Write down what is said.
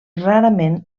rarament